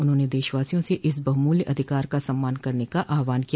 उन्होंने देशवासियों से इस बहुमूल्य अधिकार का सम्मान करने का आह्वान किया